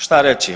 Šta reći?